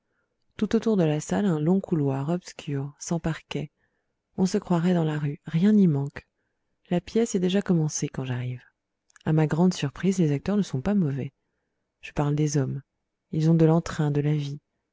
tout autour de la salle un long couloir obscur sans parquet on se croirait dans la rue rien n'y manque la pièce est déjà commencée quand j'arrive à ma grande surprise les acteurs ne sont pas mauvais je parle des hommes ils ont de l'entrain de la vie